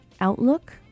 outlook